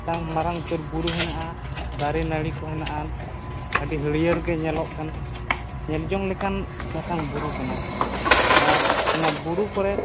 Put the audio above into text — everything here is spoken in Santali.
ᱢᱤᱫᱴᱟᱝ ᱢᱟᱨᱟᱝ ᱩᱛᱟᱹᱨ ᱵᱩᱨᱩ ᱦᱮᱱᱟᱜᱼᱟ ᱫᱟᱨᱮ ᱱᱟᱹᱲᱤ ᱠᱚ ᱦᱮᱱᱟᱜ ᱟᱱ ᱟᱹᱰᱤ ᱦᱟᱹᱨᱭᱟᱹᱲ ᱜᱮ ᱧᱮᱞᱚᱜ ᱠᱟᱱᱟ ᱧᱮᱞ ᱡᱚᱝ ᱞᱮᱠᱟᱱ ᱢᱤᱫᱴᱟᱝ ᱵᱩᱨᱩ ᱠᱟᱱᱟ ᱟᱨ ᱚᱱᱟ ᱵᱩᱨᱩ ᱠᱚᱨᱮᱫ